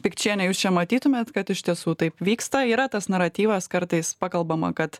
pikčiene jūs čia matytumėt kad iš tiesų taip vyksta yra tas naratyvas kartais pakalbama kad